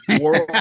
world